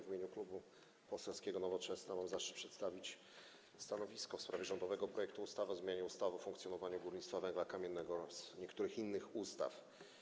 W imieniu Klubu Poselskiego Nowoczesna mam zaszczyt przedstawić stanowisko w sprawie rządowego projektu ustawy o zmianie ustawy o funkcjonowaniu górnictwa węgla kamiennego oraz niektórych innych ustaw.